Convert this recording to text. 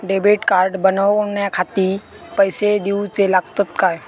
Debit card बनवण्याखाती पैसे दिऊचे लागतात काय?